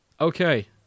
Okay